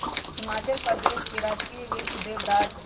हिमाचल प्रदेश के राजकीय वृक्ष देवदार हई